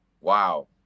Wow